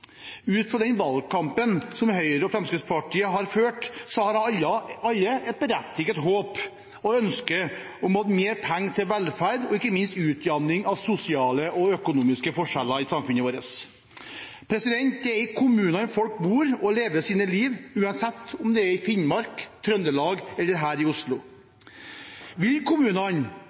Ut fra valgkampen som Høyre og Fremskrittspartiet har ført, har alle et berettiget håp og ønske om mer penger til velferd og ikke minst utjevning av sosiale og økonomiske forskjeller i samfunnet vårt. Det er i kommunene folk bor og lever sine liv, uansett om det er i Finnmark, Trøndelag eller her i Oslo. Vil kommunene